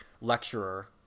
lecturer